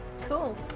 Cool